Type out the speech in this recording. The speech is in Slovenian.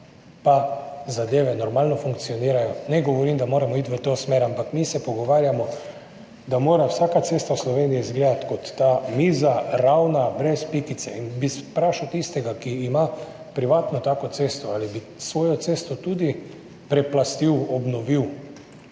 pa zadeve normalno funkcionirajo. Ne govorim, da moramo iti v to smer, ampak mi se pogovarjamo, da mora vsaka cesta v Sloveniji izgledati ko, ta miza, ravna, brez pikice in bi vprašal tistega, ki ima privatno tako cesto, ali bi svojo cesto tudi preplastil, obnovil?